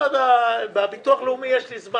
כי לביטוח הלאומי יש זמן,